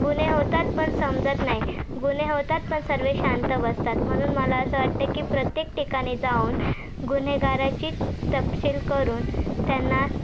गुन्हे होतात पण समजत नाही गुन्हे होतात पण सर्व शांत बसतात म्हणून मला असं वाटतं आहे की प्रत्येक ठिकाणी जाऊन गुन्हेगाराची तपशील करून त्यांना